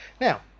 Now